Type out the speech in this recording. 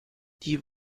die